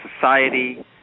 society